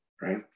right